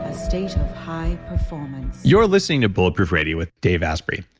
ah state of high performance you're listening to bulletproof radio with dave asprey.